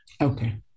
Okay